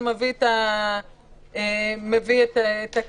אני סתם גאון,